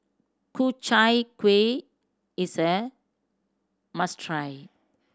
Ku Chai Kueh is a must try